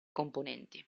componenti